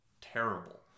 terrible